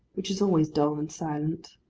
which is always dull and silent.